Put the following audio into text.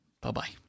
Bye-bye